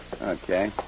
Okay